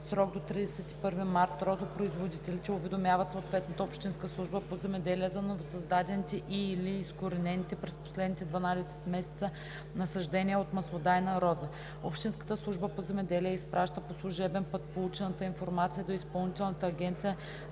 срок до 31 март розопроизводителите уведомяват съответната общинска служба по земеделие за новосъздадените и/или изкоренените през последните 12 месеца насаждения от маслодайна роза. Общинската служба по земеделие изпраща по служебен път получената информация до Изпълнителната агенция